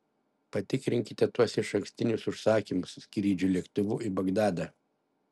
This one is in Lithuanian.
patikrinkite tuos išankstinius užsakymus skrydžiui lėktuvu į bagdadą